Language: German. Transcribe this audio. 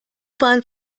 bahn